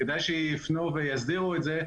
כדאי שיפנו ויסדירו את זה,